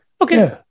Okay